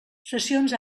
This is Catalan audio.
sessions